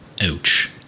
Ouch